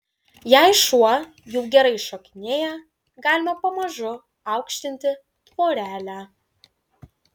jei šuo jau gerai šokinėja galima pamažu aukštinti tvorelę